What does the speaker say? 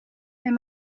mijn